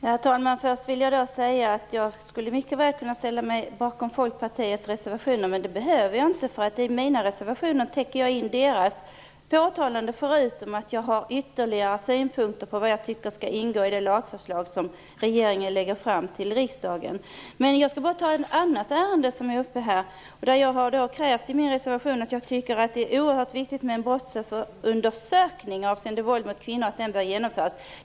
Herr talman! Först vill jag säga att jag mycket väl skulle kunna ställa mig bakom Folkpartiets reservationer, men det behöver jag inte. I mina reservationer täcker jag in deras påtalanden förutom att jag har ytterligare synpunkter på vad jag tycker skall ingå i det lagförslag som regeringen lägger fram till riksdagen. Jag skall nämna ett annat ärende som är uppe här. Jag har i min reservation sagt att jag tycker att det är oerhört viktigt att en brottsofferundersökning avseende våld mot kvinnor genomförs.